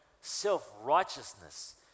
self-righteousness